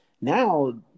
Now